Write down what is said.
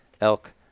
elk